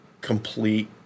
complete